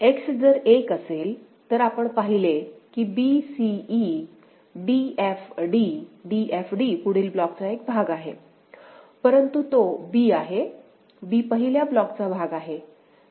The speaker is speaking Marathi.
X जर 1 असेल तर आपण पाहिले की b c e d f d d f d पुढील ब्लॉकचा एक भाग आहे परंतु तो b आहे b पहिल्या ब्लॉकचा भाग आहे